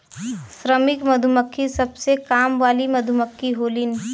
श्रमिक मधुमक्खी सबसे काम वाली मधुमक्खी होलीन